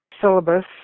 syllabus